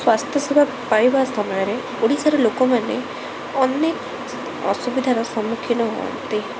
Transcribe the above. ସ୍ବାସ୍ଥ୍ୟ ସେବା ପାଇବା ସ୍ଥାନରେ ଓଡ଼ିଶାରେ ଲୋକମାନେ ଅନେକ ଅସୁବିଧାର ସମ୍ମୁଖୀନ ହୁଅନ୍ତି